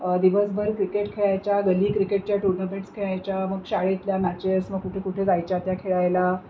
दिवसभर क्रिकेट खेळायच्या गल्ली क्रिकेटच्या टूर्नामेंट्स खेळायच्या मग शाळेतल्या मॅचेस मग कुठे कुठे जायच्या त्या खेळायला